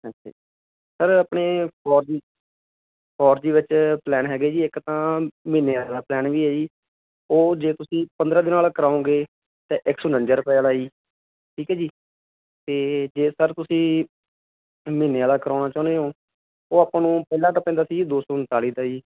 ਹਾਂਜੀ ਸਰ ਆਪਣੇ four G ਵਿੱਚ ਪਲੈਨ ਹੈਗੇ ਜੀ ਇੱਕ ਤਾਂ ਮਹੀਨੇ ਆਲਾ ਪਲੈਨ ਵੀ ਐ ਜੀ ਉਹ ਜੇ ਤੁਸੀਂ ਪੰਦਰਾਂ ਦਿਨ ਆਲਾ ਕਰਾਓਂਗੇ ਤਾਂ ਇੱਕ ਸੌ ਉਣੀਜਾ ਰੁਪਏ ਆਲਾ ਜੀ ਠੀਕ ਐ ਜੀ ਤੇ ਜੇਕਰ ਤੁਸੀਂ ਮਹੀਨੇ ਆਲਾ ਕਰਵਾਉਣਾ ਚਾਉਨੇ ਓਂ ਉਹ ਆਪਾਂ ਨੂੰ ਪਹਿਲਾਂ ਤਾਂ ਪੈਂਦਾ ਸੀ ਦੋ ਸੌ ਉਨਤਾਲੀ ਦਾ ਜੀ